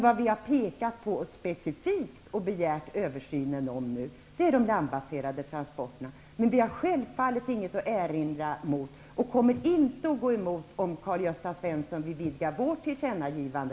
Vad vi har pekat på specifikt och begärt en översyn av är de landbaserade transporterna. Men vi har självfallet inget att erinra mot att översynen också omfattar flyget, och vi kommer inte att gå emot om Karl-Gösta Svenson vill vidga vårt tillkännagivande.